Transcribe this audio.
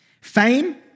fame